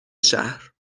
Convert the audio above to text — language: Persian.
شهر